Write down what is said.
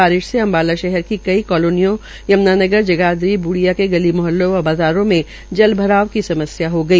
बारिश से अम्बाला शहर की कई कालोनियों यम्नगार जगाधरी बूडिया के गली म्हल्लों व बाजारों में जलभराव की समस्या हो गई